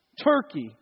Turkey